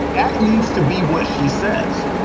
that needs to be what she says.